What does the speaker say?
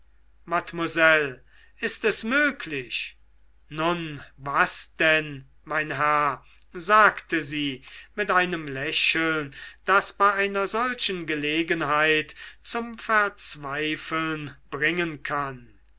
ist es möglich nun was denn mein herr sagte sie mit einem lächeln das bei einer solchen gelegenheit zum verzweifeln bringen kann